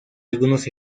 algunos